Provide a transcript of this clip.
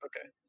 okay